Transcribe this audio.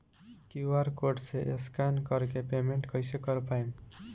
QR code से scan कर के पेमेंट कइसे कर पाएम?